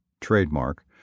trademark